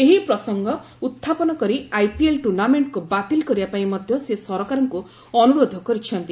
ଏହି ପ୍ରସଙ୍ଗ ଉହ୍ଚାପନ କରି ଆଇପିଏଲ୍ ଟୁର୍ଷ୍ଣାମେଣ୍ଟକୁ ବାତିଲ କରିବା ପାଇଁ ମଧ୍ୟ ସେ ସରକାରଙ୍କୁ ଅନୁରୋଧ କରିଛନ୍ତି